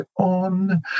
on